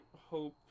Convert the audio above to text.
hope